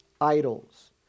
idols